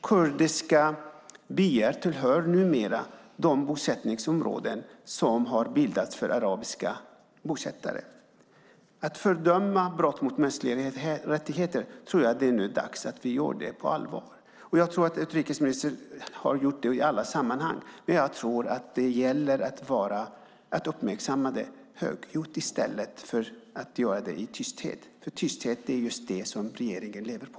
Kurdiska byar tillhör numera de bosättningsområden som har bildats för arabiska bosättare. Jag tror att det nu är dags att vi på allvar fördömer brott mot mänskliga rättigheter. Jag tror att utrikesministern har gjort det i alla sammanhang. Men jag tror att det gäller att uppmärksamma det högljutt i stället för att göra det i tysthet eftersom det är just tysthet som regeringen lever på.